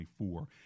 24